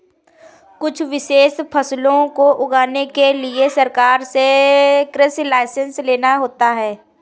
कुछ विशेष फसलों को उगाने के लिए सरकार से कृषि लाइसेंस लेना होता है